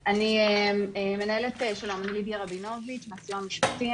אני מהסיוע המשפטי.